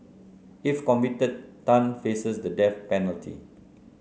if convicted Tan faces the death penalty